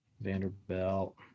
Vanderbilt